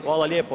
Hvala lijepo.